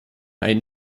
einen